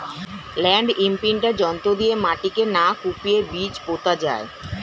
land imprinter যন্ত্র দিয়ে মাটিকে না কুপিয়ে বীজ পোতা যায়